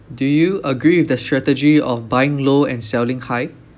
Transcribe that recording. do you agree with the strategy of buying low and selling high